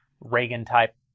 Reagan-type